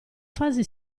fase